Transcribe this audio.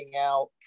out